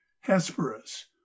Hesperus